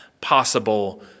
possible